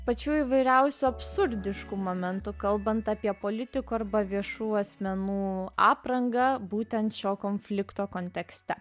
pačių įvairiausių absurdiškų momentų kalbant apie politiko arba viešų asmenų aprangą būtent šio konflikto kontekste